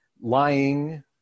lying